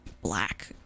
black